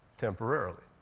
temporarily.